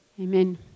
Amen